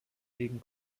gegen